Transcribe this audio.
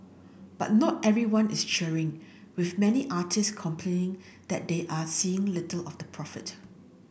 but not everyone is cheering with many artist complaining that they are seeing little of the profit